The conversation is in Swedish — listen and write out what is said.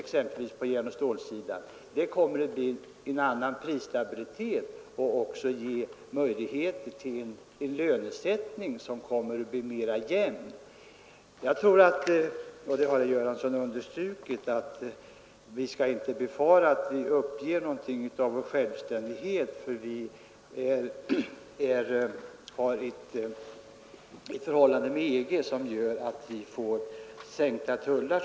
Det kommer att bli en annan prisstabilitet och också möjligheter till ej jämnare lönesättning. Herr Göransson har redan understrukit att vi inte behöver befara att vi kommer att uppge någonting av vår självständighet därför att vi har ett förhållande med EG som gör att vi så småningom får sänkta tullar.